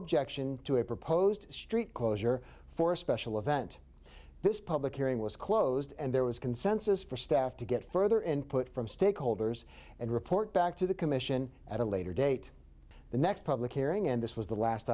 objection to a proposed street closure for a special event this public hearing was closed and there was consensus for staff to get further input from stakeholders and report back to the commission at a later date the next public hearing and this was the last